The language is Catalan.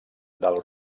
del